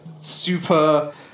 super